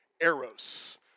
eros